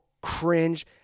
cringe